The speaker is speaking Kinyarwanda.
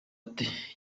ati